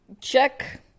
Check